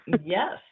Yes